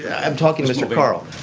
i'm talking, mr. carl.